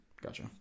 gotcha